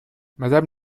madame